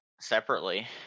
separately